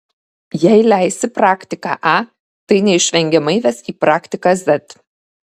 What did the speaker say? jei leisi praktiką a tai neišvengiamai ves į praktiką z